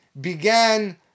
began